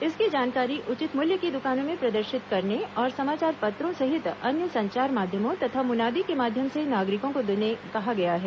इसकी जानकारी उचित मूल्य की दुकानों में प्रदर्शित करने और समाचार पत्रों सहित अन्य संचार माध्यमों तथा मुनादी के माध्यम से नागरिकों को देने कहा गया है